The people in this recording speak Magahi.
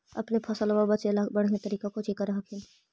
अपने फसलबा बचे ला बढ़िया तरीका कौची कर हखिन?